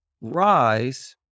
Rise